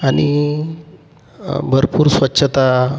आणि भरपूर स्वच्छता